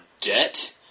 debt